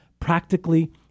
practically